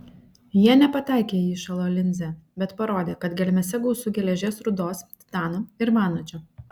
jie nepataikė į įšalo linzę bet parodė kad gelmėse gausu geležies rūdos titano ir vanadžio